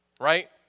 right